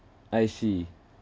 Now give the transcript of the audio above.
I see